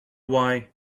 why